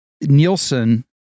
Nielsen